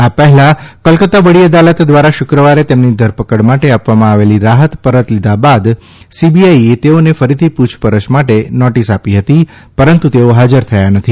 આ પહેલા કોલકતા વડી અદાલત દ્વારા શુક્રવારે તેમની ધરપકડ માટે આપવામાં આવેલી રાહત પરત લીધા બાદ સીબીઆઇ એ તેઓને ફરીથી પ્રછપરછ માટે નોટિસ આપી હતી પરંતુ તેઓ હાજર થયા નથી